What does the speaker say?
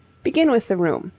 begin with the room,